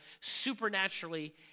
supernaturally